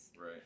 right